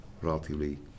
relatively